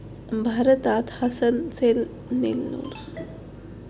भारतात हसन, नेल्लोर, जालौनी, मंड्या, शाहवादी आणि बजीरी या जातींच्या मेंढ्या सापडतात